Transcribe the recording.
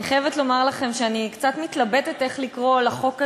אני חייבת לומר לכם שאני קצת מתלבטת איך לקרוא לחוק הזה,